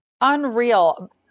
Unreal